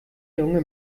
junge